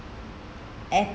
at